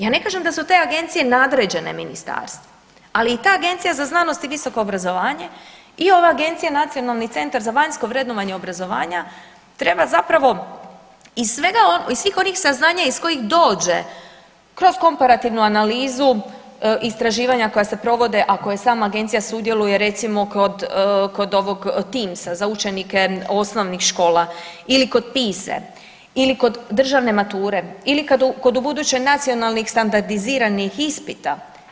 Ja ne kažem da su te agencije nadređene ministarstvu, a i ta Agencija za znanost i visoko obrazovanje i ova agencija Nacionalni centar za vanjsko vrednovanje obrazovanja treba zapravo iz svega, iz svih onih saznanja iz kojih dođe kroz komparativnu analizu, istraživanja koja se provode, a koje sama agencija sudjeluje recimo kod, kod ovog Teams-a za učenike osnovnih škola ili kod PISA ili kod državne mature ili kad, kod ubuduće nacionalnih standardiziranih ispita.